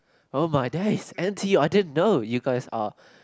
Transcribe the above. on my days n_t_u I didn't know you guys are